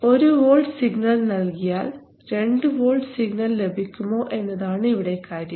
ഒരു volt signal നൽകിയാൽ 2 volt signal ലഭിക്കുമോ എന്നതാണ് ഇവിടെ കാര്യം